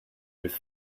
with